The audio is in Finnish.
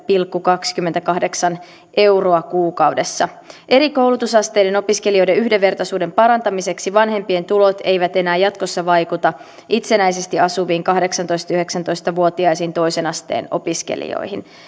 pilkku kaksikymmentäkahdeksan euroa kuukaudessa eri koulutusasteiden opiskelijoiden yhdenvertaisuuden parantamiseksi vanhempien tulot eivät enää jatkossa vaikuta itsenäisesti asuviin kahdeksantoista viiva yhdeksäntoista vuotiaisiin toisen asteen opiskelijoihin